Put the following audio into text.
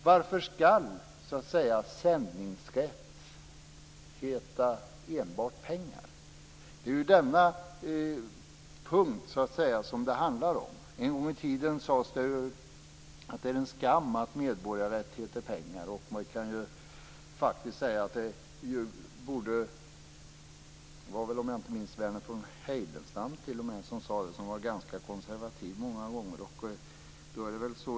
Varför skall sändningsrätt enbart heta pengar? Det är denna punkt det handlar om. En gång i tiden sades det att det är en skam att medborgarrätt heter pengar. Det var om jag inte minns fel Verner von Heidenstam som sade detta. Han var ganska konservativ många gånger.